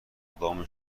اقدام